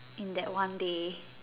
in that one day